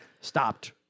stopped